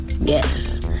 yes